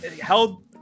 held